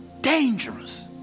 Dangerous